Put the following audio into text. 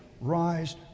rise